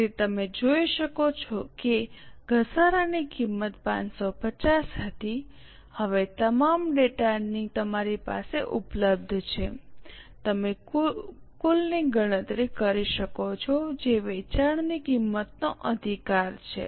તેથી તમે જોઈ શકો છો કે ઘસારા ની કિંમત 550 હતી હવે તમામ ડેટા તમારી પાસે ઉપલબ્ધ છે તમે કુલની ગણતરી કરી શકો છો જે વેચાણની કિંમતનો અધિકાર છે